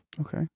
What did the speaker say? Okay